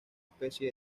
especie